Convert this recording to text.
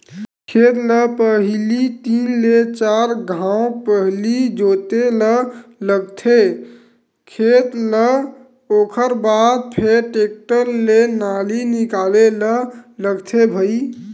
खेत ल पहिली तीन ले चार घांव पहिली जोते ल लगथे खेत ल ओखर बाद फेर टेक्टर ले नाली निकाले ल लगथे भई